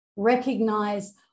Recognize